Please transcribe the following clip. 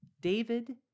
David